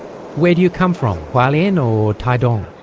where do you come from, hualien or taitung?